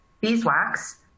beeswax